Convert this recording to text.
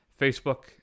Facebook